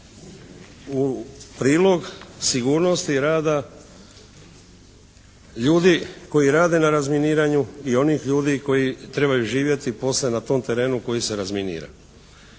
u prilog sigurnosti rada ljudi koji rade na razminiranju i onih ljudi koji trebaju živjeti poslije na tom terenu koji se razminira.